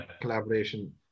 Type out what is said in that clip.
collaboration